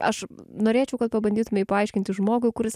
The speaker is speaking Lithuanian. aš norėčiau kad pabandytumei paaiškinti žmogų kuris